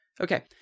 Okay